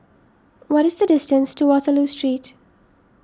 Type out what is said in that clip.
what is the distance to Waterloo Street